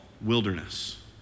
wilderness